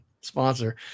sponsor